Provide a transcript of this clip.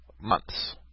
months